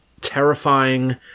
terrifying